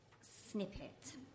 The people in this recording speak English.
snippet